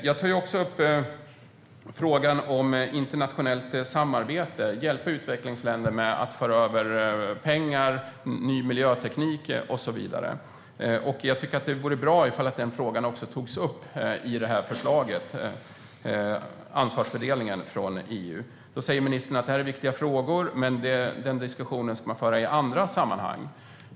Jag tar också upp frågan om internationellt samarbete: att hjälpa utvecklingsländer genom att föra över pengar, ny miljöteknik och så vidare. Jag tycker att det vore bra om den frågan också togs upp i förslaget om ansvarsfördelning från EU. Ministern säger att detta är viktiga frågor men att diskussionen ska föras i andra sammanhang.